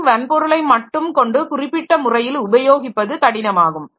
வெறும் வன்பொருளை மட்டும் கொண்டு குறிப்பிட்ட முறையில் உபயோகிப்பது கடினமாகும்